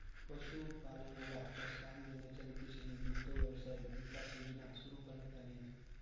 पशुपालनाला प्रोत्साहन देण्याच्या उद्देशाने दुग्ध व्यवसाय विकास योजना सुरू करण्यात आली आहे